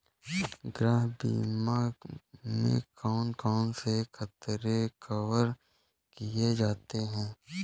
गृह बीमा में कौन कौन से खतरे कवर किए जाते हैं?